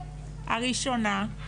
הראשונה,